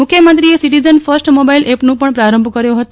મુખ્યમંત્રીએ citizen first mobile એપનું પણ પ્રારંભ કર્યો હતો